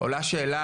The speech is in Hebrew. עולה שאלה,